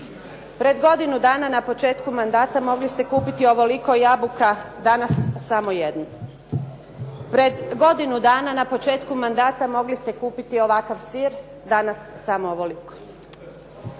Pred godinu dana na početku mandata mogli ste kupiti ovoliko jabuka, danas samo jednu. Pred godinu dana na početku mandata mogli ste kupiti ovakav sir, danas samo ovoliko.